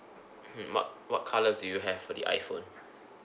mmhmm what what colours do you have for the iPhone